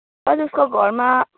उसको घरमा